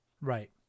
Right